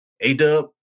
A-Dub